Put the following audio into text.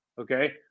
Okay